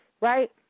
right